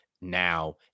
now